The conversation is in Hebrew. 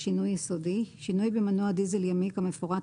"שינוי יסודי" שינוי במנוע דיזל ימי כמפורט